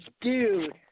Dude